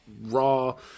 raw